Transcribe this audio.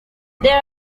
there